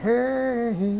Hey